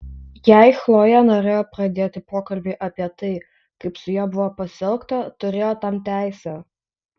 jei chlojė norėjo pradėti pokalbį apie tai kaip su ja buvo pasielgta turėjo tam teisę